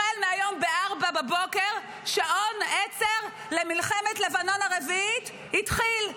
החל מהיום ב-04:00 שעון העצר למלחמת לבנון הרביעית התחיל.